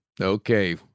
okay